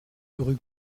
rue